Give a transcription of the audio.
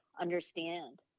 understand